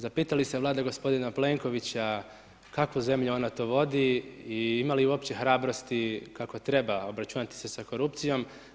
Zapita li se Vlada gospodina Plenkovića kakvu zemlju ona to vodi i ima li uopće hrabrosti kako treba obračunati se sa korupcijom.